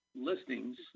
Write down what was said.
listings